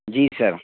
جی سر